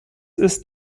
ist